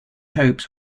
hopes